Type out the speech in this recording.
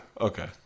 Okay